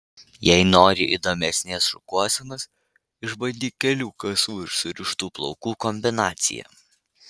jei nori įdomesnės šukuosenos išbandyk kelių kasų ir surištų plaukų kombinaciją